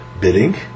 bidding